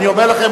אני אומר לכם,